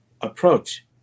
approach